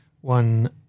one